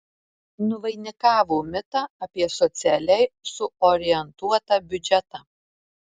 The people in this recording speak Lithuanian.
nuvainikavo mitą apie socialiai suorientuotą biudžetą